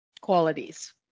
qualities